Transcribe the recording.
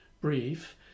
brief